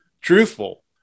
truthful